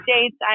states